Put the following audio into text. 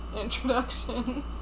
introduction